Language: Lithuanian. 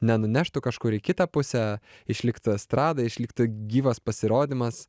nenuneštų kažkur į kitą pusę išliktų estrada išliktų gyvas pasirodymas